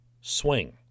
swing